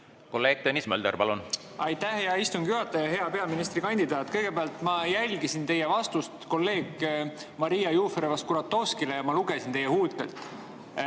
Kolleeg Tõnis Mölder, palun! Aitäh, hea istungi juhataja! Hea peaministrikandidaat! Kõigepealt, ma jälgisin teie vastust kolleeg Maria Jufereva-Skuratovskile ja lugesin teie huultelt.